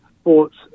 sports